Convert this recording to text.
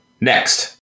next